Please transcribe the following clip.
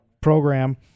program